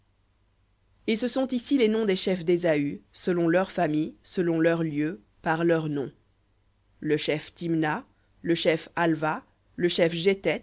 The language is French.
et ce sont ici les noms des chefs d'ésaü selon leurs familles selon leurs lieux par leurs noms le chef thimna le chef alva le chef